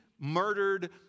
murdered